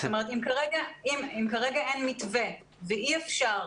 אם כרגע אין מתווה ואי אפשר